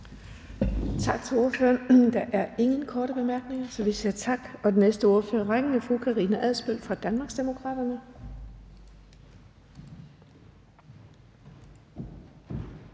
Tak til ordføreren. Der er ingen korte bemærkninger, og den næste ordfører i rækken er fru Karina Adsbøl fra Danmarksdemokraterne.